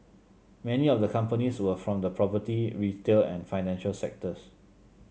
many of the companies were from the property retail and financial sectors